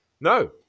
No